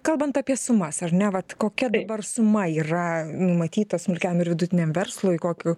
kalbant apie sumas ar ne vat kokia dabar suma yra numatyta smulkiam ir vidutiniam verslui kokiu